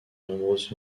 nombreuses